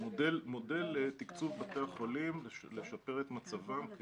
המודל לתקצוב בתי החולים לשפר את מצבם.